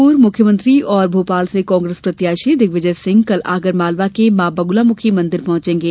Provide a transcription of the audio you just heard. पूर्व मुख्यमंत्री और भोपाल से कांग्रेस प्रत्याशी दिग्विजय सिंह कल आगर मालवा के मां बगलामुखी मंदिर पहंचेंगे